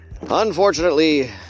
unfortunately